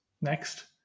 next